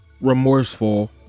remorseful